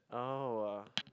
oh ah